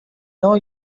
know